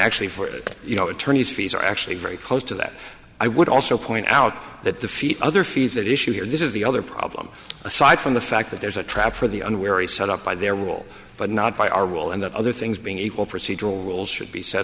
actually for it you know attorneys fees are actually very close to that i would also point out that the feet other fees that issue here this is the other problem aside from the fact that there's a trap for the unwary set up by their rule but not by our will and other things being equal procedural rules should be set